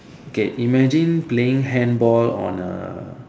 okay imagine playing handball on a